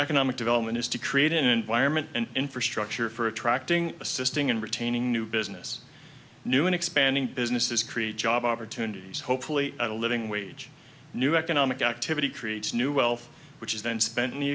economic development is to create an environment an infrastructure for attracting assisting and retaining new business new and expanding businesses create jobs over two hundred years hopefully a living wage new economic activity creates new wealth which is then spent in the